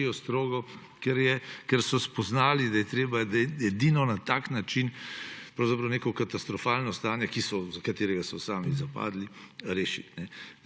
strogo, ker so spoznali, da je treba edino na tak način pravzaprav neko katastrofalno stanje, v katerega so sami zapadli, rešiti.